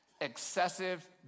excessive